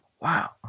wow